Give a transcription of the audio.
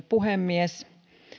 puhemies